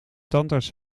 tandarts